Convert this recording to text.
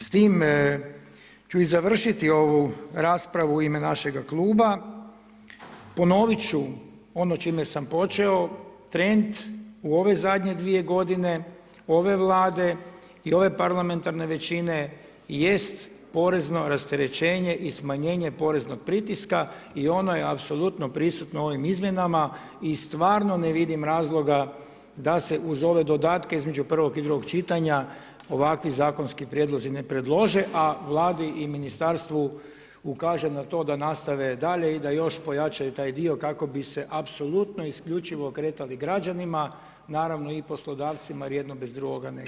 S tim ću i završiti ovu raspravu u ime našega kluba, ponovit ću ono čime sam počeo trend u ove zadnje 2 godine ove Vlade i ove parlamentarne većine jest porezno rasterećenje i smanjenje poreznog pritiska i ono je apsolutno prisutno u ovim izmjenama i stvarno ne vidim razloga da se uz ove dodatke, između prvog i drugog čitanja, ovakvi zakonski prijedlozi ne predlože, a Vladi i ministarstvu ukažem na to da nastave dalje i da još pojačaju taj dio kako bi se apsolutno isključivo okretali građanima naravno i poslodavcima jer jedno bez drugoga ne ide.